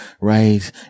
right